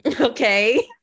Okay